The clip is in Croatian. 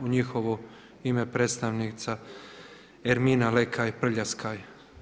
U njihovo ime predstavnica Ermina Lekaj Prljaskaj.